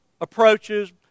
approaches